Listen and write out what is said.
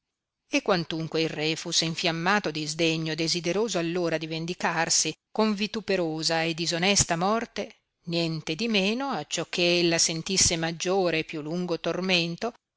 e quantunque il re fusse infiammato di sdegno e desideroso allora di vendicarsi con vituperosa e disonesta morte nientedimeno acciò che ella sentisse maggiore e più lungo tormento